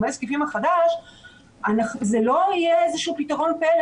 פיגומי הזקיפים החדש זה לא יהיה איזה פתרון פלא